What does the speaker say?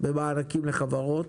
עם מענקים לחברות,